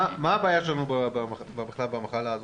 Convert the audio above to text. מה הבעיה שלנו בכלל במחלה הזאת?